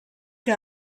que